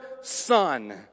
Son